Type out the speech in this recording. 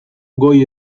goi